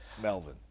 Melvin